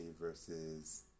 versus